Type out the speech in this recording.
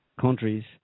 countries